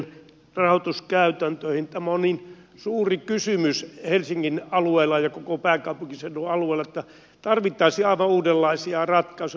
tämä on niin suuri kysymys helsingin alueella ja koko pääkaupunkiseudun alueella että tarvittaisiin aivan uudenlaisia ratkaisuja